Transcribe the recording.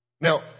Now